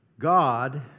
God